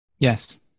Yes